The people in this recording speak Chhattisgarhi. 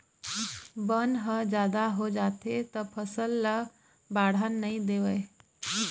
बन ह जादा हो जाथे त फसल ल बाड़हन नइ देवय